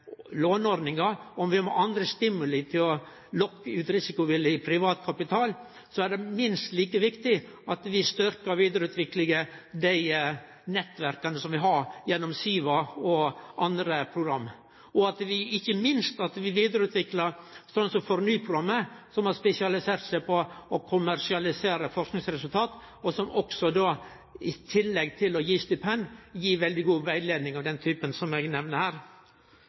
låneordningar, om vi må ha andre stimuli til å lokke ut risikovillig privat kapital – er minst like viktig at vi styrkjer vidareutviklinga av dei nettverka som vi har gjennom SIVA og andre program, og ikkje minst at vi vidareutviklar slikt som FORNY-programmet, som har spesialisert seg på å kommersialisere forskingsresultat, og som i tillegg til å gi stipend, gir veldig god rettleiing av den typen eg nemner her.